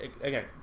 again